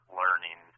learning